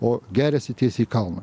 o geriasi tiesiai į kalną